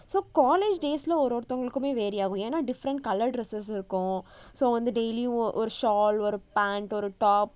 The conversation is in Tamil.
ஸோ காலேஜ் டேஸில் ஒரு ஒருத்தவங்களுக்கும் வேரி ஆகும் ஏன்னா டிஃப்ரெண்ட் கலர் டிரெஸஸ் இருக்கும் ஸோ வந்து டெய்லியும் ஒரு ஷால் ஒரு பேண்ட் ஒரு டாப்